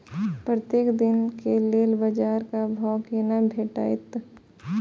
प्रत्येक दिन के लेल बाजार क भाव केना भेटैत?